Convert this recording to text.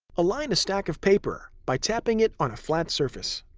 align a stack of paper by tapping it on a flat surface.